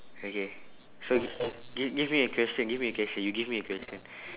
okay so give give me a question give me a question you give me a question